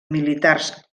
militars